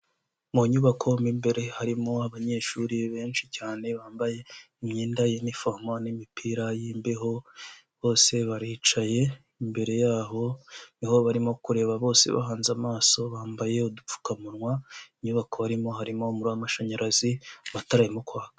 Mu nyubako mo imbere harimo abanyeshuri benshi cyane bambaye imyenda y'inifomo n'imipira y'imbeho, bose baricaye, imbere yaho ni ho barimo kureba bose bahanze amaso, bambaye udupfukamunwa, inyubako barimo harimo umuriro w'amashanyarazi, amatara arimo kwaka.